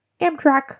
Amtrak